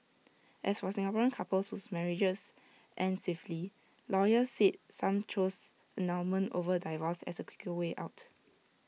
as for Singaporean couples whose marriages end swiftly lawyers said some choose annulment over divorce as A quicker way out